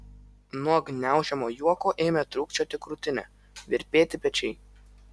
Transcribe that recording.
nuo gniaužiamo juoko ėmė trūkčioti krūtinė virpėti pečiai